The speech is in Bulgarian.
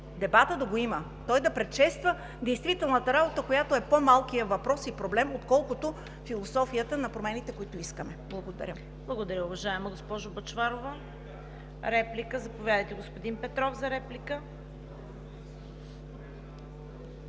дебат да има. Той да предшества действителната работа, която е по-малкият въпрос и проблем, отколкото философията на промените, които искаме. Благодаря. ПРЕДСЕДАТЕЛ ЦВЕТА КАРАЯНЧЕВА: Благодаря, уважаема госпожо Бъчварова. Реплика – заповядайте, господин Петров, за реплика.